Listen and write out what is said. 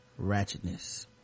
ratchetness